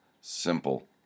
simple